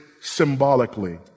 symbolically